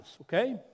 okay